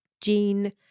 Jean